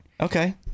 Okay